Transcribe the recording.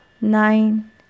nine